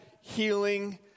healing